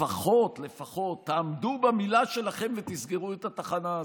לפחות לפחות תעמדו במילה שלכם ותסגרו את התחנה הזאת.